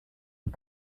und